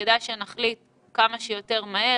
כדאי שנחליט כמה שיותר מהר,